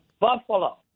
Buffalo